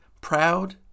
Proud